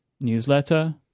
newsletter